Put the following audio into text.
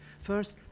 First